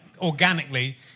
organically